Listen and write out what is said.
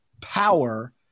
power